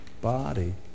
body